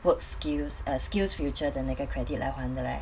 work skills uh skillsfuture 的那个 credit 来还的 leh